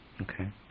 Okay